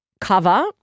cover